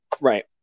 Right